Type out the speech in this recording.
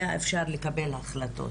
היה אפשר לקבל החלטות,